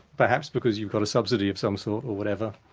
perhaps because you've got a subsidy of some sort, or whatever,